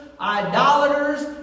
idolaters